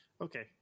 Okay